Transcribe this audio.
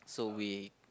so we